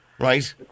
Right